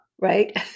right